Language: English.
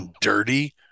dirty